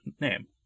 name